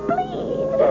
Please